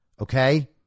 Okay